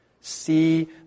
See